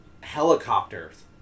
helicopters